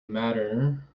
matter